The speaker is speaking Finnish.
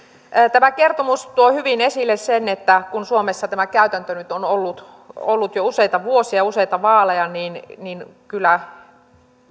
tämä kertomus tuo hyvin esille sen että kun suomessa tämä käytäntö nyt on ollut ollut jo useita vuosia ja useita vaaleja niin niin kyllä